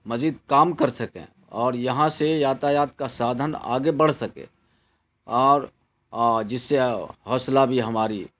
مزید کام کر سکیں اور یہاں سے یاتایات کا سادھن آگے بڑھ سکے اور جس سے حوصلہ بھی ہماری